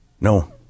no